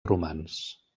romans